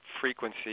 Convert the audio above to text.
frequency